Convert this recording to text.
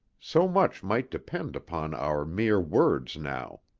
so much might depend upon our mere words now.